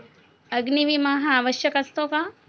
अग्नी विमा हा आवश्यक असतो का?